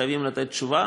חייבים לתת תשובה.